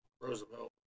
Roosevelt